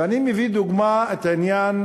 ואני מביא לדוגמה את עניין